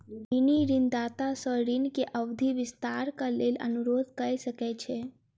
ऋणी ऋणदाता सॅ ऋण के अवधि विस्तारक लेल अनुरोध कय सकै छै